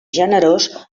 generós